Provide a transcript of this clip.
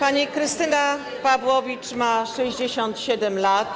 Pani Krystyna Pawłowicz ma 67 lat.